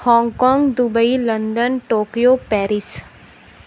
Hong Kong Dubai London Tokyo Paris